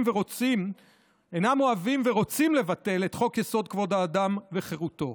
ורוצים לבטל את חוק-יסוד: כבוד האדם וחירותו.